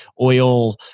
oil